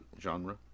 genre